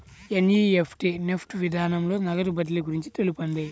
NEFT NEFT విధానంలో నగదు బదిలీ గురించి తెలుపండి?